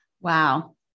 wow